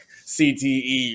CTE